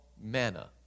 manna